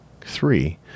Three